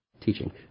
teaching